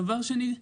דבר שני,